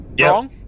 Wrong